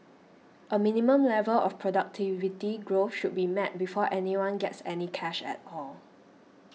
a minimum level of productivity growth should be met before anyone gets any cash at all